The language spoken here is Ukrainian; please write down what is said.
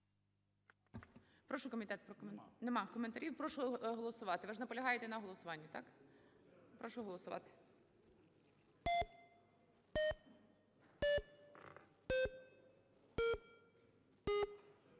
прокоментувати. Немає коментарів. Прошу голосувати. Ви ж наполягаєте на голосуванні, так? Прошу голосувати.